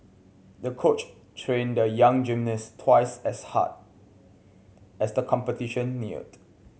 the coach trained the young gymnast twice as hard as the competition neared